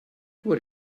what